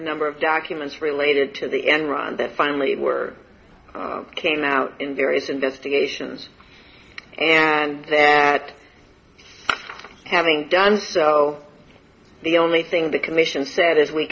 a number of documents related to the enron that finally were came out in various investigations and that having done so the only thing the commission sa